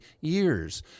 years